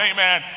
Amen